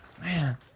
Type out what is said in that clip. man